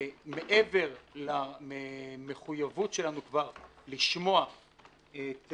מעבר למחויבות שלנו כבר לשמוע את